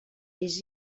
vés